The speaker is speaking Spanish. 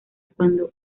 cuando